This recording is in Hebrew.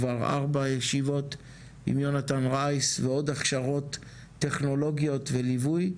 כבר ארבע ישיבות עם יונתן רייס ועוד הכשרות טכנולוגית וליווי.